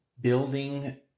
building